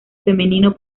femenino